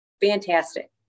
Fantastic